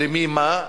למי מה,